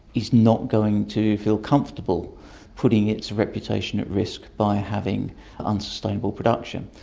is not going to feel comfortable putting its reputation at risk by having unsustainable production.